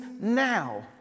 now